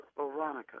Veronica